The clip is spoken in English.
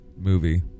movie